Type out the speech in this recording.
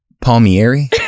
Palmieri